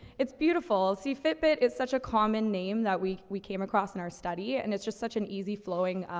it's beautiful. see fitbit is such a common name that we, we came across in our study. and it's just such an easy flowing,